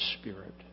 spirit